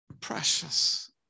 precious